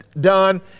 done